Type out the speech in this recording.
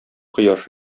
кояш